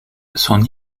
son